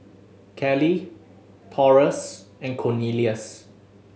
Cali Taurus and Cornelious